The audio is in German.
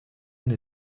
eine